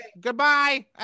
Goodbye